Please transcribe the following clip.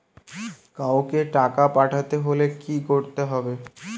কাওকে টাকা পাঠাতে হলে কি করতে হবে?